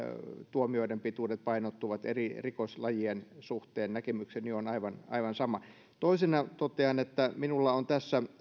tuomioiden pituudet painottuvat eri rikoslajien suhteen näkemykseni on aivan aivan sama toisena totean että minulla on tässä